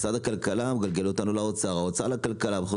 משרד הכלכלה מגלגל אותנו לאוצר וחוזרים.